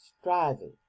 Striving